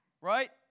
right